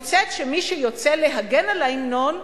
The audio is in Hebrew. אני מוצאת שמי שיוצא להגן על ההמנון,